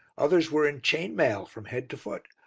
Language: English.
others were in chain mail from head to foot,